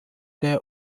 they